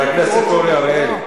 חבר הכנסת אורי אריאל.